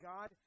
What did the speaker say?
God